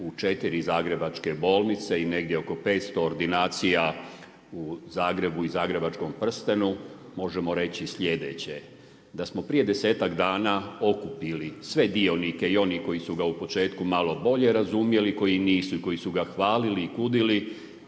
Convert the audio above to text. u 4 zagrebačke bolnice i negdje oko 500 ordinacija u Zagrebu i zagrebačkom prstenu možemo reći slijedeće. Da smo prije desetak dana okupili sve dionike i oni koji su ga u početku malo bolje razumjeli, koji nisu i koji su ga hvalili i kudili,